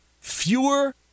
fewer